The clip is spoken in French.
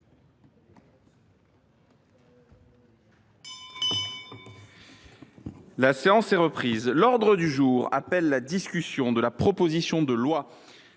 La séance est reprise. L’ordre du jour appelle la discussion de la proposition de loi